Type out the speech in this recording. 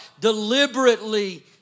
deliberately